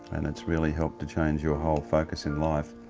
and it's really helped to change your whole focus in life.